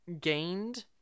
gained